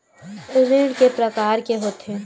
ऋण के प्रकार के होथे?